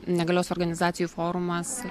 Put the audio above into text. negalios organizacijų forumas